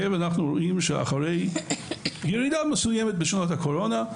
אנחנו רואים שאחרי ירידה מסוימת בשנות הקורונה,